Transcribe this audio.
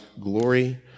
glory